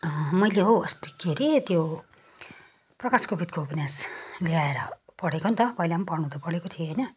मैले हौ अस्ति के हरे त्यो प्रकाश कोविदको उपन्यास ल्याएर पढेको नि त पहिलाम पढ्नु त पढेको थिएँ होइन